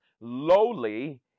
lowly